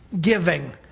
giving